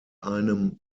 einem